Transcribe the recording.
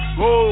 go